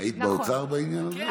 היית באוצר בעניין הזה?